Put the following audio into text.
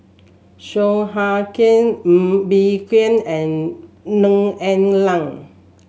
Song Hoot Kiam Ng Bee Kia and Neo Ah Luan